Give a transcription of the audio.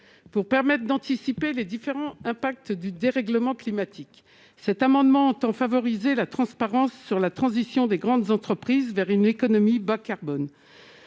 pour permettent d'anticiper les différents impacts du dérèglement climatique, cet amendement tend favoriser la transparence sur la transition des grandes entreprises vers une économie bas carbone